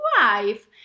wife